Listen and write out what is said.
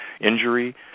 injury